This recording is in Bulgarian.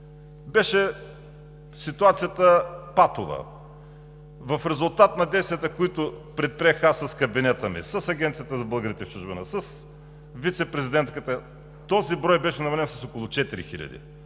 Ситуацията беше патова. В резултат на действията, които аз предприех с кабинета ми, с Агенцията за българите в чужбина и с вицепрезидентката, този брой беше намален с около четири